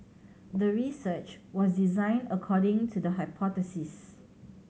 the research was designed according to the hypothesis